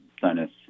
sinus